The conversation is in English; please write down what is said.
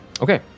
Okay